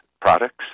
products